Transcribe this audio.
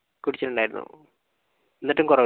കുടിച്ചിട്ട് ഉണ്ടായിരുന്നു എന്നിട്ടും കുറവില്ല